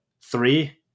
three